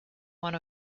one